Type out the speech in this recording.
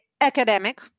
academic